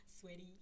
sweaty